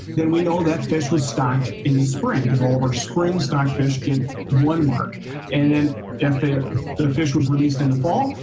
then we know that fish was stocked in the spring because all of our spring stock fish get one mark and then if if the fish was released in the fall,